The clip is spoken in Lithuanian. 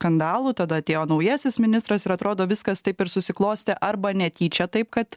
skandalų tada atėjo naujasis ministras ir atrodo viskas taip ir susiklostė arba netyčia taip kad